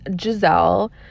Giselle